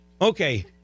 Okay